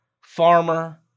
Farmer